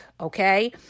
Okay